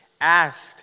asked